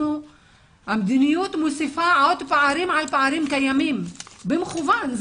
המדיניות מוסיפה פערים על פערים קיימים במכוון.